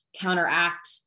counteract